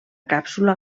càpsula